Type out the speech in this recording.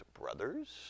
brothers